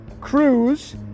Cruise